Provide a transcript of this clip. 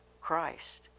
Christ